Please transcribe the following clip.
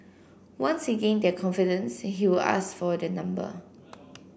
once he gained their confidence he would ask for their number